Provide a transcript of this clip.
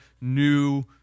new